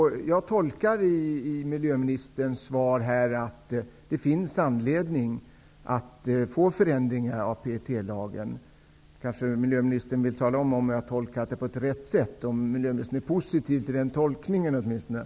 Jag tolkar miljöministerns svar så, att det finns anledning att genomföra förändringar av PET lagen. Har jag tolkat det hela på rätt sätt? Är miljöministern positivt inställd åtminstone till min tolkning?